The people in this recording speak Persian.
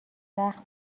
زخم